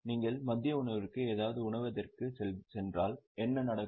நீங்கள் மதிய உணவிற்கு ஏதாவது உணவகத்திற்குச் சென்றால் என்ன நடக்கும்